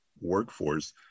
workforce